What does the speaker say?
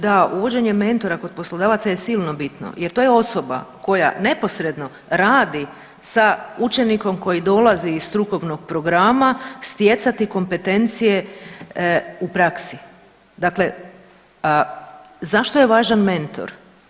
Da, uvođenje mentora kod poslodavaca je silno bitno jer to je osoba koja neposredno radi sa učenikom koji dolazi iz strukovnog programa stjecati kompetencije u praksi, dakle zašto je važan mentor?